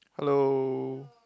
hello